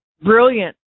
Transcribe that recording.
brilliant